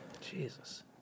Jesus